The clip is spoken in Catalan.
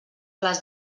les